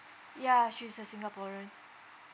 ya she's a singaporean